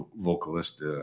vocalist